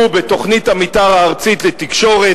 הוא בתוכנית המיתאר הארצית לתקשורת,